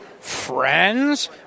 friends